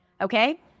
Okay